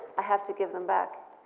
i have to give them back.